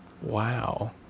Wow